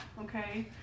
okay